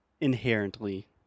inherently